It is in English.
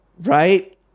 Right